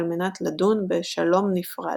על מנת לדון ב"שלום נפרד".